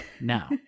Now